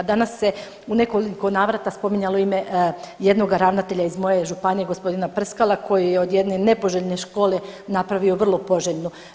Danas se u nekoliko navrata spominjalo ime jednoga ravnatelja iz moje županije, gospodina Prskala koji je od jedne nepoželjne škole napravio vrlo poželjnu.